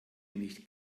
nicht